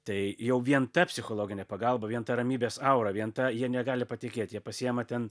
tai jau vien ta psichologinė pagalba vien ta ramybės aura vien ta jie negali patikėt jie pasiima ten